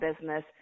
business